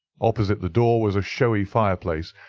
opposite the door was a showy fireplace,